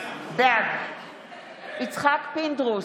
בעד יצחק פינדרוס,